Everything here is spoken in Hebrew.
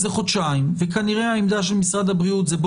זה חודשיים וכנראה העמדה של משרד הבריאות היא: